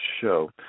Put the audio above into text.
show